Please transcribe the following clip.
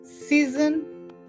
season